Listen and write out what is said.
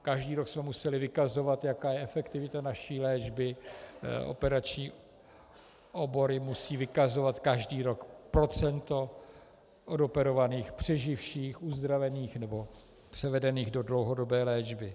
Každý rok jsme museli vykazovat, jaká je efektivita naší léčby, operační obory musí vykazovat každý rok procento odoperovaných přeživších, uzdravených nebo převedených do dlouhodobé léčby.